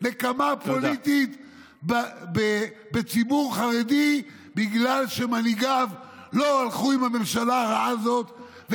נקמה פוליטית בציבור חרדי בגלל שמנהיגיו לא הלכו עם הממשלה רעה הזאת.